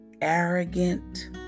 arrogant